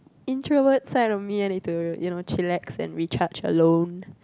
introvert side of me I need to you know chillax and recharge alone